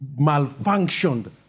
malfunctioned